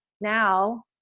now